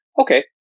Okay